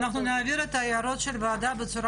אנחנו נעביר את ההערות של הוועדה בצורה